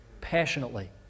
passionately